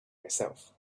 myself